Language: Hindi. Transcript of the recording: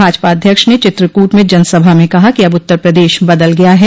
भाजपा अध्यक्ष ने चित्रकूट में जनसभा में कहा कि अब उत्तर प्रदेश बदल गया है